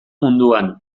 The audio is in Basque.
munduan